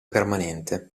permanente